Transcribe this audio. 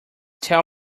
tell